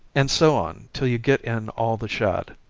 and so on till you get in all the shad.